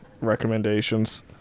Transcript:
recommendations